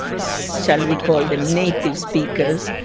shall we call them native speakers,